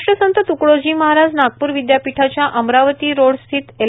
राष्ट्रसंत त्कडोजी महाराज नागपूर विद्यापीठाच्या अमरावती रोड स्थित एल